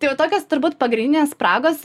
tai va tokios turbūt pagrindinės spragos